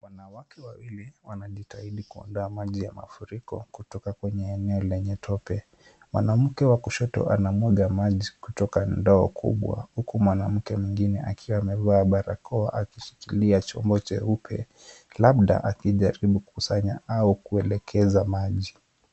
Wanawake wawili wanajitahidi kuandaa maji ya mafuriko kutoka kwenye eneo lenye tope. Mwanamke wa kushoto anamwaga maji kutoka ndoo kubwa. Huku mwanamke mwingine akiwa amevaa barakoa, akishikilia chombo cheupe. Labda akijaribu kukusanya au kuelekeza maji.